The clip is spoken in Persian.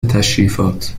تشریفات